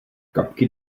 kapky